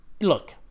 Look